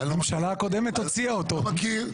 אני לא מכיר,